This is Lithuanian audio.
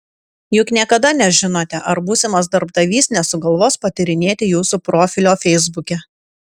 juk niekada nežinote ar būsimas darbdavys nesugalvos patyrinėti jūsų profilio feisbuke